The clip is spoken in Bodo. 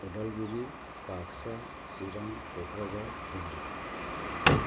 उदालगुरि बाक्सा चिरां क'क्राझार धुब्रि